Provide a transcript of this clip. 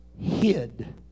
hid